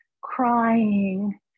crying